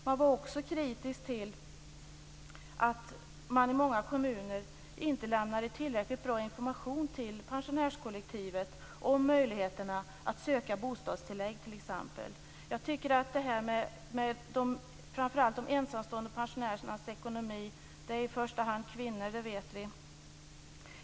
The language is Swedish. Man var också kritisk till att många kommuner inte lämnade tillräckligt bra information till pensionärskollektivet om möjligheterna att söka bostadstillägg t.ex. Jag tycker att det är viktigt att vi lyfter fram frågorna om framför allt de ensamstående pensionärernas ekonomi. Det gäller framför allt kvinnor - det vet vi.